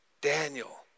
Daniel